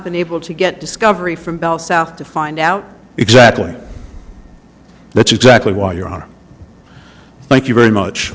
been able to get discovery from bell south to find out exactly that's exactly why your honor thank you very much